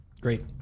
Great